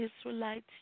Israelites